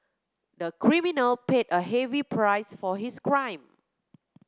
the criminal paid a heavy price for his crime